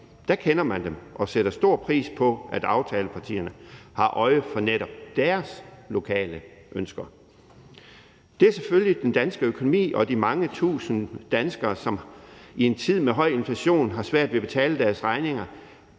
kender man dem og sætter stor pris på, at aftalepartierne har øje for netop deres lokale ønsker. Det er selvfølgelig den danske økonomi og de mange tusinde danskere, som i en tid med høj inflation har svært ved at betale deres regninger